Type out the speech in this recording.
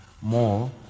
more